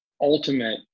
ultimate